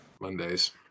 Mondays